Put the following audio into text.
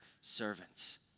servants